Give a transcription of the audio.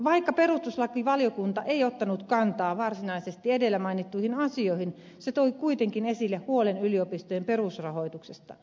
vaikka perustuslakivaliokunta ei ottanut kantaa varsinaisesti edellä mainittuihin asioihin se toi kuitenkin esille huolen yliopistojen perusrahoituksesta